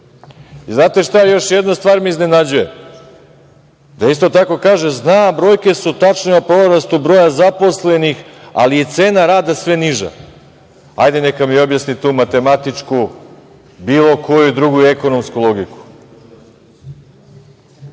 bitka. Znate šta, još jedna stvar me iznenađuje, da isto tako kaže, znam, brojke su tačne, porastao je broj zaposlenih, ali je cena rada sve niža. Hajde neka mi objasni tu matematičku, bilo koju drugu ekonomsku logiku.(Nataša